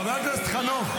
חבר הכנסת חנוך.